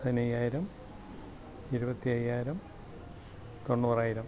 പതിനൈയ്യായിരം ഇരുപത്തി അയ്യായിരം തൊണ്ണൂറായിരം